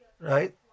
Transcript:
right